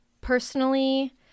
personally